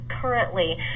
currently